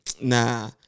nah